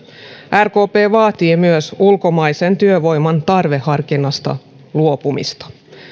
rkp vaatii myös ulkomaisen työvoiman tarveharkinnasta luopumista